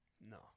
No